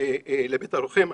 לבית הלוחם.